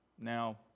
Now